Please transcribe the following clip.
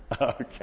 Okay